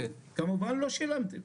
כמובן לא שילמתם.